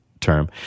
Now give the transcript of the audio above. term